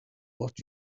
what